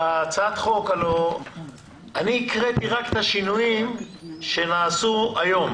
בהצעת החוק אני הקראתי רק את השינויים שנעשו היום,